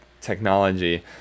technology